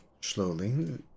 slowly